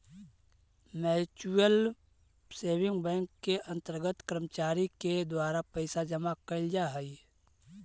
mutual saving bank के अंतर्गत कर्मचारी के द्वारा पैसा जमा कैल जा हइ